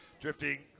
drifting